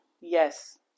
Yes